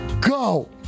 Go